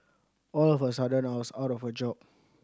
all of a sudden I was out of a job